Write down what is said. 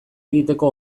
egiteko